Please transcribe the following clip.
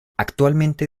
actualmente